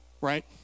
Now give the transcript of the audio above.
right